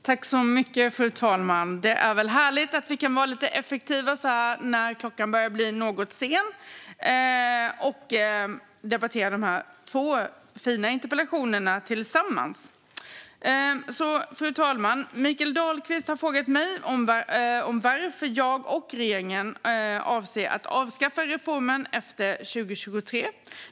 Fru talman! Det är väl härligt att vi kan vara lite effektiva när tiden börjar bli något sen och debattera de här två fina interpellationerna tillsammans! Fru talman! Mikael Dahlqvist har frågat mig varför jag och regeringen avser att avskaffa denna reform efter 2023.